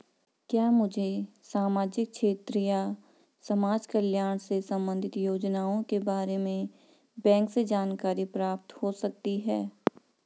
क्या मुझे सामाजिक क्षेत्र या समाजकल्याण से संबंधित योजनाओं के बारे में बैंक से जानकारी प्राप्त हो सकती है?